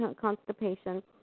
constipation